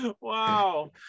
Wow